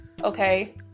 okay